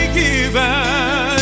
given